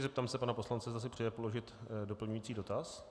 Zeptám se pana poslance, zda si přeje položit doplňující dotaz.